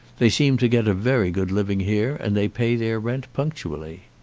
they seem to get a very good living here, and they pay their rent punctually.